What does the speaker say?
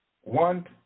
one